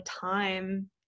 time